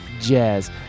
jazz